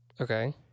Okay